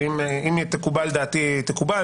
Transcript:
ואם תקובל דעתי תקובל,